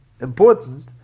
important